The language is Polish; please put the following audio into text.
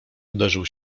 uderzył